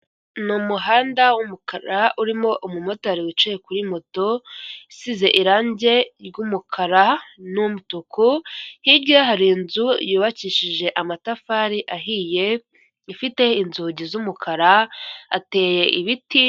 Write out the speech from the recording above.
Ni umuhanda w'umukara urimo umumotari wicaye kuri moto isize irangi ry'umukara n'umutuku, hirya ye hari inzu yubakishije amatafari ahiye, ifite inzugi z'umukara, hateye ibiti